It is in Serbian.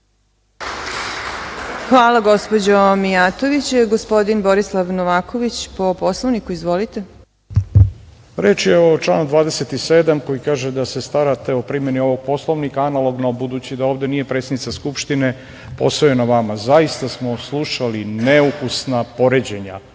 Hvala, gospođo Mijatović. Reč ima gospodin Borislav Novaković, po Poslovniku. Izvolite. **Borislav Novaković** Reč je o članu 27. koji kaže da se starate o primeni ovog Poslovnika analogno. Budući da ovde nije predsednica Skupštine, posao je na vama. Zaista smo slušali neukusna poređenja,